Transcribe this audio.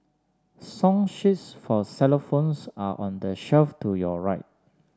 song sheets for xylophones are on the shelf to your right